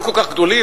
לא כל כך גדולים.